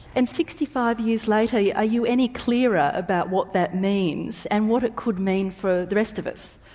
and sixty five years later, yeah are you any clearer about what that means and what it could mean for the rest of us?